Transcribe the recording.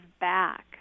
back